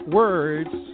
words